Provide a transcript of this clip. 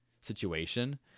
situation